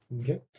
Okay